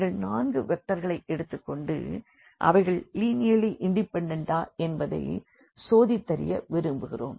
நீங்கள் நான்கு வெக்டர்களை எடுத்துக் கொண்டு அவைகள் லீனியர்லி இண்டிபெண்டன்ட் ஆ என்பதை சோதித்தறிய விரும்புகிறோம்